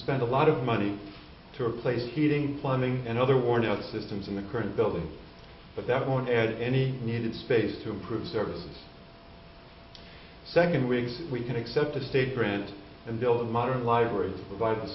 spend a lot of money to replace heating plumbing and other warning systems in the current building but that won't add any needed space to improve service second weeks we can accept the state grants and build a modern library provide the